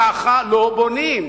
ככה לא בונים,